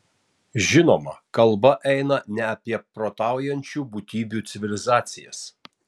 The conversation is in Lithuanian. žinoma kalba eina ne apie protaujančių būtybių civilizacijas